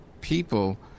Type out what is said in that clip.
people